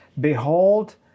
behold